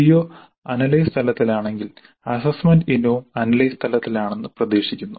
CO analyse തലത്തിലാണെങ്കിൽ assessment ഇനവും analyse തലത്തിലാണെന്ന് പ്രതീക്ഷിക്കുന്നു